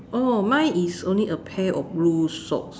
oh mine is only a pair of blue socks